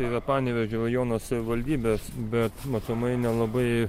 yra panevėžio rajono savivaldybės bet matomai nelabai